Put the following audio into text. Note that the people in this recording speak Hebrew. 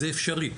זה אפשרי.